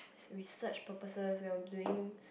research purposes I'm doing